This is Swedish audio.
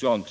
gäller.